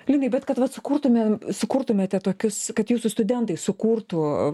linai bet kad vat sukurtumėm sukurtumėte tokius kad jūsų studentai sukurtų